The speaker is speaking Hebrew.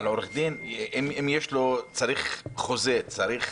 אבל עורך דין לפעמים צריך חוזה, צריך